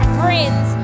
friends